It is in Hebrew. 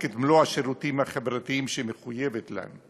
את מלוא השירותים החברתיים שהיא מחויבת להם.